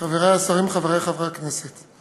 חברי השרים, חברי חברי הכנסת,